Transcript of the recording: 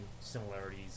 similarities